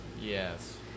Yes